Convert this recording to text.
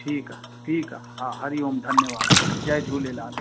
ठीकु आहे ठीकु आहे हा हरि ओम धन्यवादु जय झूलेलाल